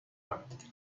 اند